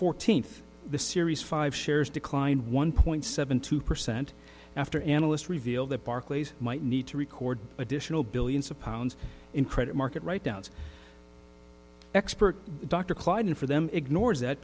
fourteenth the series five shares declined one point seven two percent after analyst revealed that barclays might need to record additional billions of pounds in credit market write downs expert dr klein for them ignores that